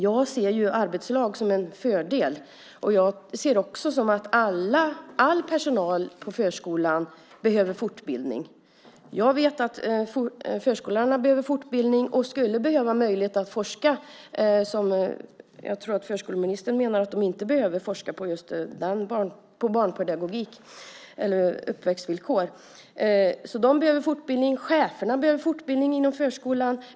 Jag ser arbetslag som en fördel. Jag anser att all personal i förskolan behöver fortbildning. Jag vet att förskollärarna behöver fortbildning och möjligheter att forska. Jag tror att förskoleministern menar att de inte behöver forska på barnpedagogik eller uppväxtvillkor. Cheferna behöver fortbildning inom förskolan.